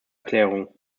erklärung